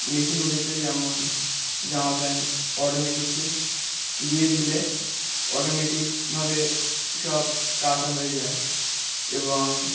machine উঠেছে যেমন জামা প্যান্ট অটোমেটকে দিয়ে দিলে অটোমেটিকভাবে সব কাাসা হয়ে যায় এবং